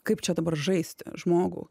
kaip čia dabar žaisti žmogų